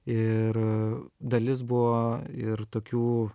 ir dalis buvo ir tokių